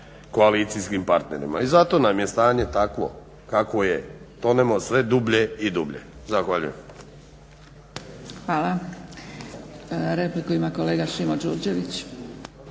koalicijskim partnerima. I zato nam je stanje takvo kakvo je, tonemo sve dublje i dublje. Zahvaljujem. **Zgrebec, Dragica (SDP)** Hvala. Repliku ima kolega Šimo Đurđević.